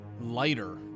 lighter